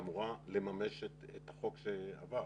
שאמורה לממש את החוק שעבר.